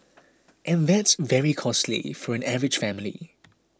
and that's very costly for an average family